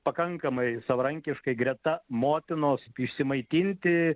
pakankamai savarankiškai greta motinos išsimaitinti